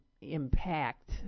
impact